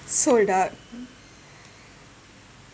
sold out